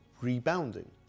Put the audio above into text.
rebounding